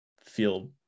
feel